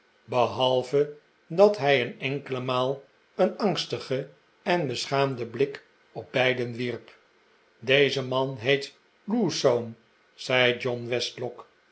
behalve dat hij een enkele maal een angstigen en beschaamden blik op beiden wierp deze man heet lewsome zei john westlock